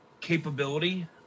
capability